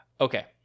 Okay